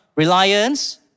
Reliance